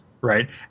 right